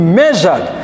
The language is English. measured